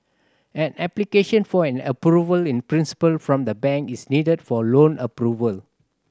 an application for an Approval in Principle from the bank is needed for loan approval